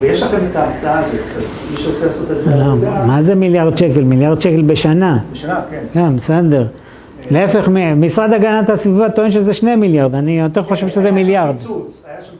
ויש לכם את ההמצאה הזאת, אז מישהו רוצה לעשות את זה? לא, מה זה מיליארד שקל? מיליארד שקל בשנה. בשנה, כן. גם, סנדר. להפך, משרד הגנת הסביבה טוען שזה שני מיליארד, אני יותר חושב שזה מיליארד.